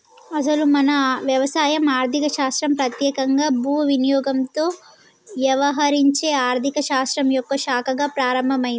అసలు మన వ్యవసాయం ఆర్థిక శాస్త్రం పెత్యేకంగా భూ వినియోగంతో యవహరించే ఆర్థిక శాస్త్రం యొక్క శాఖగా ప్రారంభమైంది